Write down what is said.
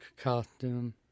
costume